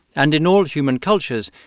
and in all human cultures,